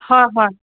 হয় হয়